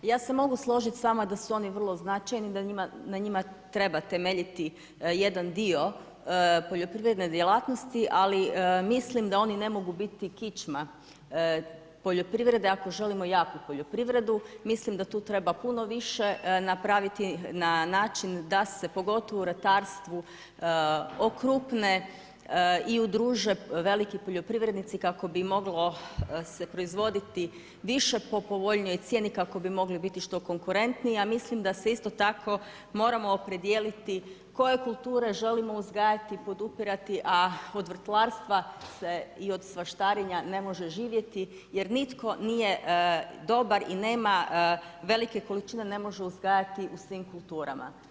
Ja se mogu složiti s vama da su oni vrlo značajni, da na njima treba temeljiti jedan dio poljoprivredne djelatnosti ali mislim da oni ne mogu biti kičma poljoprivrede ako želimo jaku poljoprivredu, mislim da tu treba puno više napraviti na način da se pogotovo u ratarstvu okrupne i udruže veliki poljoprivrednici kako bi moglo se proizvoditi više po povoljnijoj cijeni kako bi mogli biti što konkuretniji a mislim da se isto tako moramo opredijeliti koje kulture želimo uzgajati, podupirati, a kod vrtlarstva i od svaštarenja ne može živjeti jer nitko nije dobar i nema velike količine, ne može uzgajati u svim kulturama.